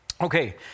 Okay